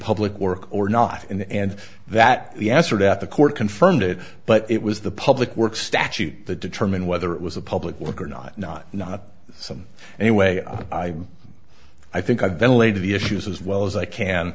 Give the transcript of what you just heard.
public work or not and that the answer that the court confirmed it but it was the public works statute that determine whether it was a public worker not not not some anyway i i i think i ventilated the issues as well as i can